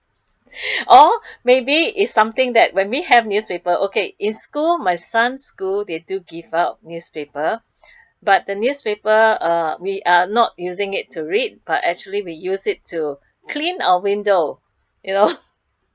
or maybe is something that when we have newspaper okay in school my son's school they do give out newspaper but the newspaper uh we are not using it to read but actually we use it to clean our window you know